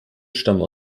stammen